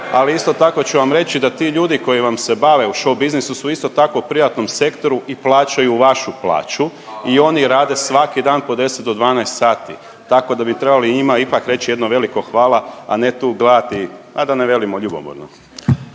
ali isto tako ću vam reći da ti ljudi koji vam se bave u show biznisu su isto tako u privatnom sektoru i plaćaju vašu plaću i oni rade svaki dan po 10 do 12 sati, tako da bi trebali njima ipak reći jedno veliko hvala a ne tu gledati a da ne velimo ljubomorno.